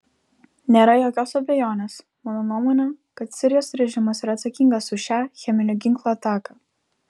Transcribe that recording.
nėra jokios abejonės mano nuomone kad sirijos režimas yra atsakingas už šią cheminių ginklų ataką